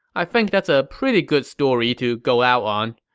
i think that's a pretty good story to go out on.